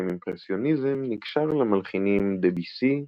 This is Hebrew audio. השם אימפרסיוניזם נקשר למלחינים דביסי,